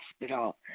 hospital